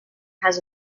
has